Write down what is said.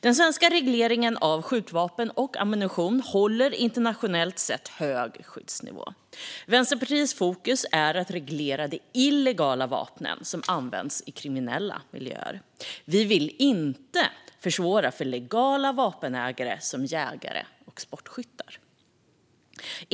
Den svenska regleringen av skjutvapen och ammunition håller internationellt sett en hög skyddsnivå. Vänsterpartiets fokus är att reglera de illegala vapen som används i kriminella miljöer. Vi vill inte försvåra för legala vapenägare som jägare och sportskyttar.